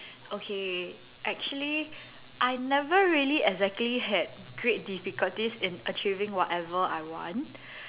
okay actually I never really exactly had great difficulties in achieving whatever I want